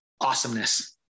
awesomeness